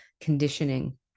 conditioning